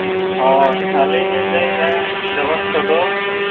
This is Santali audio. ᱦᱳᱭ ᱟᱹᱞᱤᱞᱤᱧ ᱞᱟᱹᱭᱮᱫᱼᱟ ᱡᱚᱜᱚᱛ ᱴᱩᱰᱩ